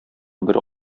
бер